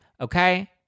okay